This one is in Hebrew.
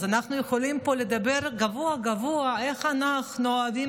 אז אנחנו יכולים לדבר פה גבוהה-גבוהה על איך אנחנו אוהבים